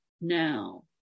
now